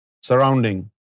surrounding